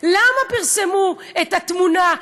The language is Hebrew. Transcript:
למה פרסמו את התמונה,